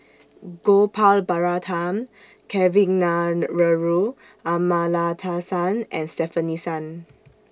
Gopal Baratham Kavignareru Amallathasan and Stefanie Sun